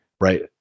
Right